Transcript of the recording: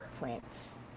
prints